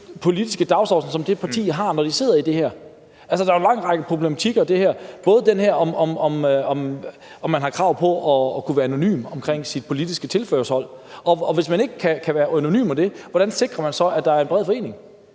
politiske dagsorden, som det parti har, når de sidder i det borgerting. Der er en lang række problematikker i det. Og det gælder både det her med, om man har krav på at kunne være anonym omkring sit politiske tilhørsforhold. Og hvis man ikke kan være anonym med det, hvordan sikrer man så, at der er en bred forening?